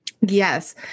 Yes